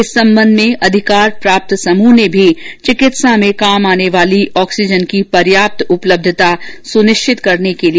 इस संबंध में अधिकार प्राप्त समूह ने भी चिकित्सा में काम आने वाली ऑक्सीजन की पर्याप्त उपलब्धता सुनिश्चित करने के लिए कार्रवाई शुरू कर दी है